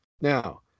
Now